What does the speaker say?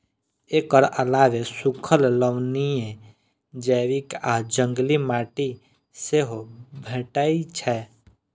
एकर अलावे सूखल, लवणीय, जैविक आ जंगली माटि सेहो भेटै छै